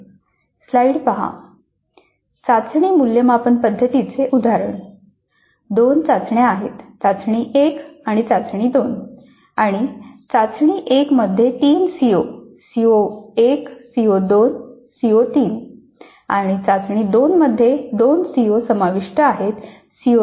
चाचणी मूल्यमापन पध्दतीचे उदाहरणः दोन चाचण्या आहेत चाचणी 1 आणि चाचणी 2 आणि चाचणी 1 मध्ये तीन सीओ सीओ 1 सीओ 2 सीओ 3 आणि चाचणी 2 मध्ये दोन सीओ समाविष्ट आहेत सीओ 4 आणि सीओ 5